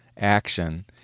action